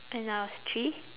when I was three